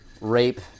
rape